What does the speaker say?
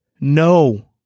No